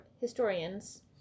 historians